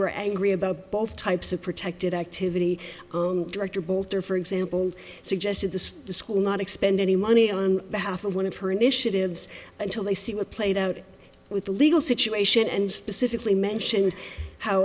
were angry about both types of protected activity director bolter for example and suggested the school not expend any money on behalf of one of her initiatives until they see what played out with the legal situation and specifically mentioned how